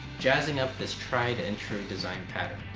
jazzing up this tried-and-true design pattern.